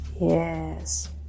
Yes